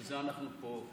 בשביל זה אנחנו פה.